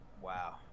Wow